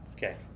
Okay